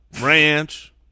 ranch